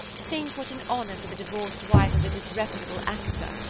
think what an honor for the divorced wife of a disreputable actor.